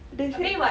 the head